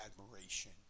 admiration